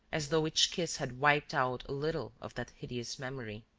as though each kiss had wiped out a little of that hideous memory